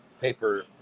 paper